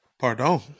Pardon